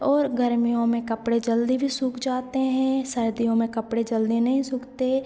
और गर्मियों में कपड़े जल्दी भी सूख जाते हैं सर्दियों में कपड़े जल्दी नहीं सूखते